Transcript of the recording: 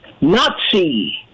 Nazi